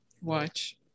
watch